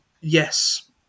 yes